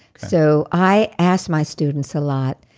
so i ask my students a lot,